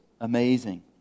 amazing